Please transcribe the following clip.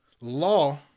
law